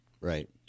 right